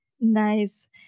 Nice